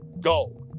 go